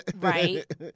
right